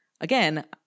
Again